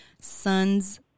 sons